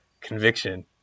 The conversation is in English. conviction